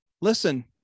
listen